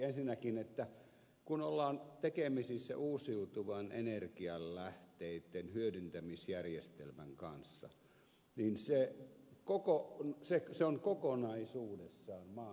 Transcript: ensinnäkin kun ollaan tekemisissä uusiutu vien energialähteitten hyödyntämisjärjestelmän kanssa se on kokonaisuudessaan maankäyttöratkaisu